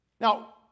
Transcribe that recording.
Now